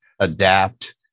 adapt